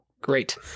great